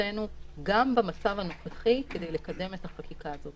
מבחינתנו גם במצב הנוכחי כדי לקדם את החקיקה הזאת.